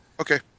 Okay